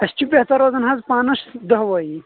اَسہِ چھِ بہتر روزان حظ پاںَس دۄہ وَیی